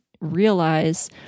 realize